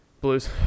Blues